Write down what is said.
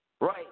right